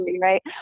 right